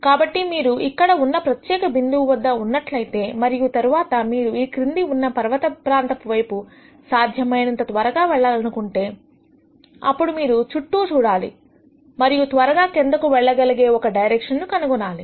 కాబట్టి మీరు ఇక్కడ ఉన్న ప్రత్యేకబిందువు వద్ద ఉన్నట్లయితే మరియు తర్వాత మీరు ఈ క్రింద ఉన్న పర్వత ప్రాంతము వైపు సాధ్యమైనంత త్వరగా వెళ్లాలనుకుంటే అప్పుడు మీరు చుట్టూ చూడాలి మరియు త్వరగా కిందకు వెళ్లగలిగే ఒక డైరెక్షన్ ను కనుగొనాలి